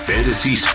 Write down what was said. Fantasy